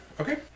Okay